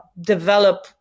develop